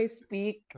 speak